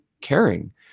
caring